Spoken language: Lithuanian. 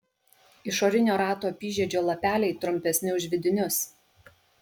išorinio rato apyžiedžio lapeliai trumpesni už vidinius